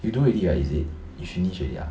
you do already right is it you finish already ah